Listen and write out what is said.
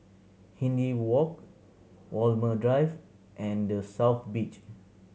Hindhede Walk Walmer Drive and The South Beach